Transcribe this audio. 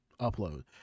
upload